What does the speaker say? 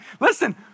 Listen